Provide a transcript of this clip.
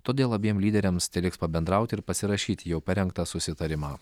todėl abiem lyderiams teliks pabendrauti ir pasirašyti jau parengtą susitarimą